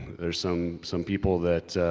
there's some, some people that,